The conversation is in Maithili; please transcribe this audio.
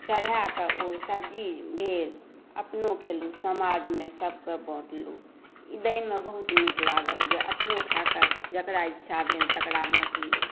चढाए कऽ ओ सब्जी भेल अपनो खेलहुॅं समाजमे सबकेँ बाँटलहुॅं ई दै मे बहुत नीक लागल जे अपनो खाय कऽ जकरा इच्छा भेल तकरा बाँटलहुॅं